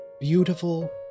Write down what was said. Beautiful